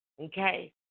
Okay